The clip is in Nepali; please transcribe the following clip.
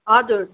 हजुर